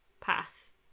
path